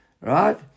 right